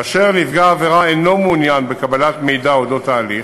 כאשר נפגע העבירה אינו מעוניין בקבלת מידע על אודות ההליך,